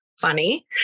funny